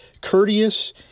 courteous